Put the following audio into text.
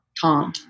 Tom